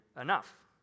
enough